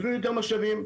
--- כמה שנים.